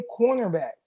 cornerback